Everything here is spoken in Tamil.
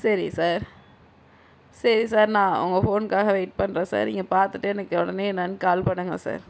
சரிங்க சார் சரி சார் நான் உங்கள் ஃபோன்க்காக வெயிட் பண்றேன் சார் நீங்கள் பார்த்துட்டு எனக்கு உடனே என்னன்னு கால் பண்ணுங்க சார்